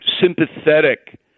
sympathetic